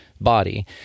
body